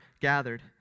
gathered